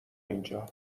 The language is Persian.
اینجا